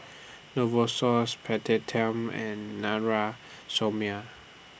Novosource and Somia